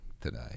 today